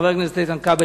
חבר הכנסת איתן כבל,